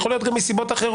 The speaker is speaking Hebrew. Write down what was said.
יכול להיות גם מסיבות אחרות.